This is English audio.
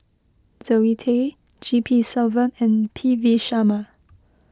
Zoe Tay G P Selvam and P V Sharma